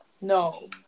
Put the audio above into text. No